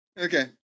okay